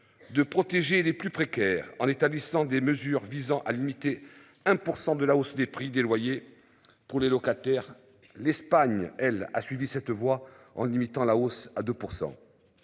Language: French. de protéger les plus précaires en établissant des mesures visant à limiter un pour de la hausse des prix des loyers. Pour les locataires. L'Espagne, elle a suivi cette voie en limitant la hausse à 2%.